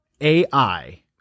AI